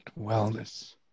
wellness